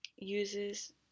uses